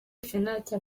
ikibazo